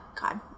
God